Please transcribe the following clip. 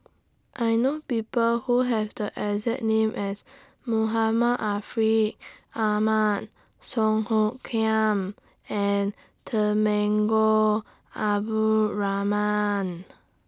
I know People Who Have The exact name as Muhammad Ahmad Song Hoot Kiam and Temenggong Abdul Rahman